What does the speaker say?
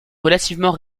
relativement